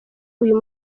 uyu